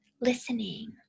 listening